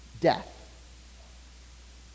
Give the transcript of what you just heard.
death